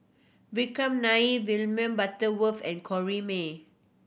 Vikram Nair William Butterworth and Corrinne May